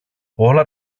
όλα